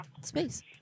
space